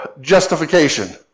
Justification